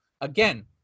Again